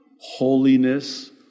Holiness